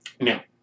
Now